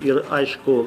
ir aišku